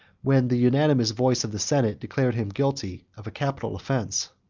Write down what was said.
when the unanimous voice of the senate declared him guilty of a capital offence.